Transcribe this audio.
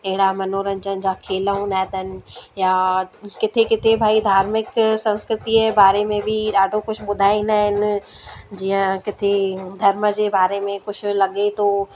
अहिड़ा मनोरंंजन जा खेल हूंदा अथनि या किथे किथे भाई धार्मिक संस्कृतीअ जे बारे में बि ॾाढो कुझु ॿुधाईंदा आहिनि जीअं किथे धर्म जे बारे में कुझु लॻे थो